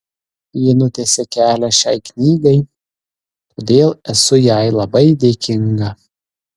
ji nutiesė kelią šiai knygai todėl esu jai labai dėkinga